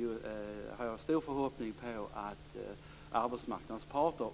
Jag har en stor förhoppning om att också arbetsmarknadens parter